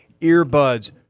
earbuds